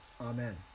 Amen